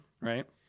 right